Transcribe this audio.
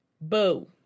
Boo